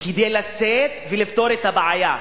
כדי לשאת ולפתור את הבעיה.